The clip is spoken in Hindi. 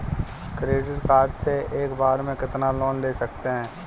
क्रेडिट कार्ड से एक बार में कितना लोन ले सकते हैं?